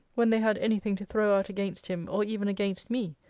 when they had any thing to throw out against him, or even against me,